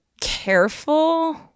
careful